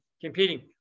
competing